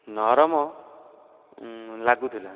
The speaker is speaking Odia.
ନରମ ଲାଗୁଥିଲା